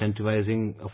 incentivizing